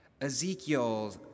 Ezekiel